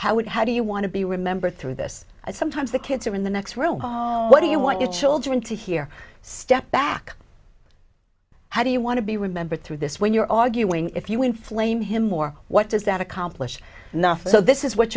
how would how do you want to be remembered through this sometimes the kids are in the next room what do you want your children to hear step back how do you want to be remembered through this when you're arguing if you inflame him or what does that accomplish nothing so this is what